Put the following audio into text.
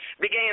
began